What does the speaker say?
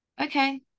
Okay